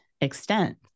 extent